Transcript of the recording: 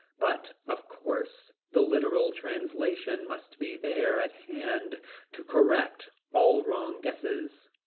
but of course the literal translation must be there at hand to correct all wrong guesses.